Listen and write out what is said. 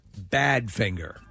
Badfinger